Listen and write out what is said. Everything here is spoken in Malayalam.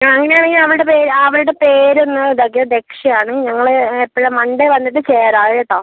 ആ അങ്ങനെ ആണെങ്കിൽ അവളുടെ പേര് അവളുടെ പേരൊന്ന് ഇതാക്ക് ദക്ഷയാണ് ഞങ്ങൾ എപ്പോഴാണ് മൺഡേ വന്നിട്ട് ചേരാം കേട്ടോ